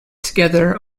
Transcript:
together